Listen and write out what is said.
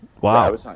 wow